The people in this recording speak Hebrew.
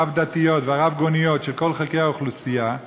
הרב-דתיות והרב-גוניות של כל חלקי האוכלוסייה,